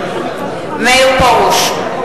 מאיר פרוש,